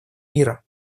мира